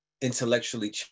intellectually